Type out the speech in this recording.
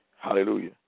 hallelujah